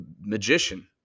magician